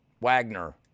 Wagner